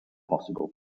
possible